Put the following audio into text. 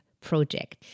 project